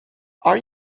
are